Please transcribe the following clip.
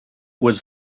was